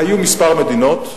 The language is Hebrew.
היו כמה מדינות,